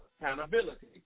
accountability